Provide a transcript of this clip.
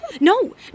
no